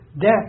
death